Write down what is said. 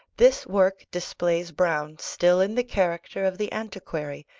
this work displays browne still in the character of the antiquary,